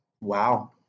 Wow